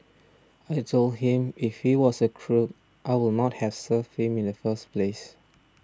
I told him if he was a crook I would not have served him in the first place